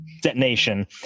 detonation